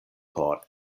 por